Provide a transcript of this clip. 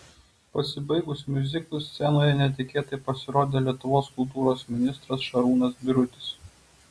pasibaigus miuziklui scenoje netikėtai pasirodė lietuvos kultūros ministras šarūnas birutis